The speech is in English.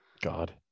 God